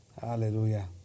Hallelujah